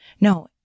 No